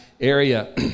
area